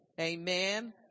Amen